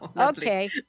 Okay